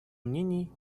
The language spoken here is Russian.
мнений